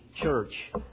church